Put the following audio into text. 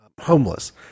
homeless